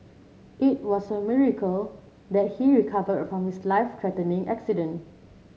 it was a miracle that he recovered from his life threatening accident